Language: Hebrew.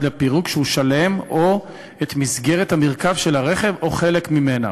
לפירוק כשהוא שלם או את מסגרת המרכב של הרכב או חלק ממנה.